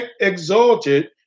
exalted